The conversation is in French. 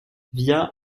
via